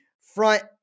front